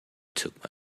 took